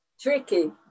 tricky